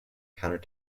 counter